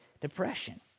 depression